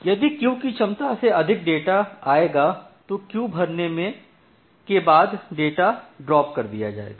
यदि क्यू कि क्षमता से अधिक डाटा आयेगा तो क्यू भरने के बाद डाटा ड्राप कर दिया जायेगा